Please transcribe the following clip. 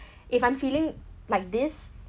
if I'm feeling like this